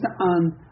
on